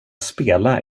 spela